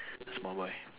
small boy